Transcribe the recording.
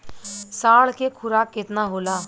साँढ़ के खुराक केतना होला?